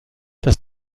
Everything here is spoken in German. dass